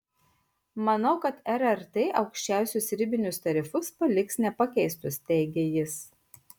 manau kad rrt aukščiausius ribinius tarifus paliks nepakeistus teigia jis